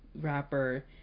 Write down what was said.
rapper